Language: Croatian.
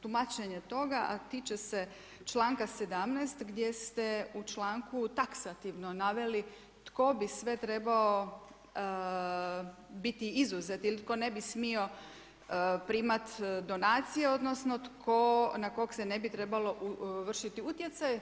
tumačenje toga, a tiče se članka 17 gdje ste u članku taksativno naveli tko bi sve trebao biti izuzet ili tko ne bi smio primati donacije, odnosno na kog se ne bi trebalo vršiti utjecaj.